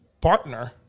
partner